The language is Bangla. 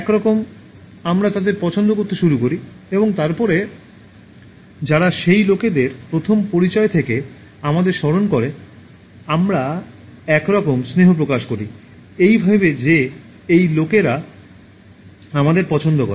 একরকম আমরা তাদের পছন্দ করতে শুরু করি এবং তারপরে যারা সেই লোকদের প্রথম পরিচয় থেকে আমাদের স্মরণ করে আমরা একরকম স্নেহ প্রকাশ করি এই ভেবে যে এই লোকেরা আমাদের পছন্দ করে